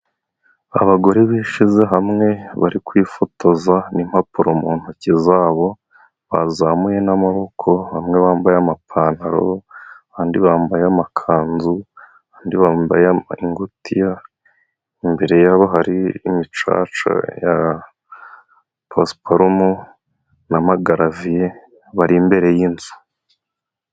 Abagore bishize hamwe bari kwifotoza n'impapuro mu ntoki zabo, bazamuye n'amaboko, bamwe bambaye amapantaro, abandi bambaye amakanzu, abandi bambaye ingutiya, imbere yabo hari imicaca ya pasiparumu n'amagaraviye, bari imbere y'inzu.